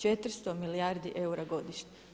400 milijardi eura godišnje.